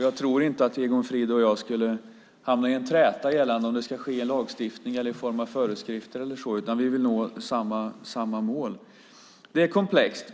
Jag tror inte att Egon Frid och jag skulle hamna i en träta gällande om det här ska ske genom lagstiftning eller i form av föreskrifter eller så, utan vi vill nå samma mål. Det hela är komplext.